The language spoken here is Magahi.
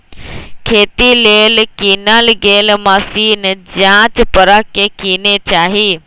खेती लेल किनल गेल मशीन जाच परख के किने चाहि